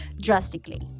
drastically